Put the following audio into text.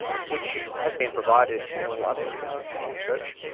which has been provided in all other areas of fusion research,